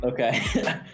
Okay